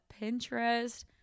pinterest